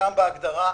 גם בהגדרה,